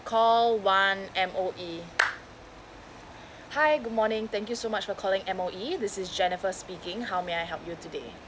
call one M_O_E hi good morning thank you so much for calling M_O_E this is jennifer speaking how may I help you today